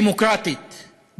דמוקרטית,